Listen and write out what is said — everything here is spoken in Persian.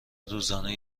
روزانه